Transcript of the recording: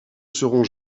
seront